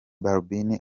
balbine